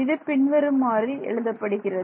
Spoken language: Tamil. இது பின்வருமாறு எழுதப்படுகிறது